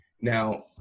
Now